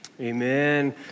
Amen